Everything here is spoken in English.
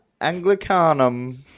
Anglicanum